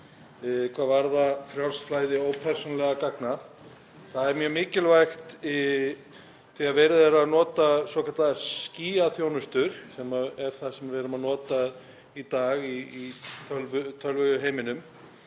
hvað varðar frjálst flæði ópersónugreinanlegra gagna. Það er mjög mikilvægt, þegar verið er að nota svokallaðar skýjaþjónustur, sem er það sem við erum að nota í dag í tölvuheiminum,